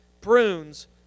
prunes